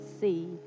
see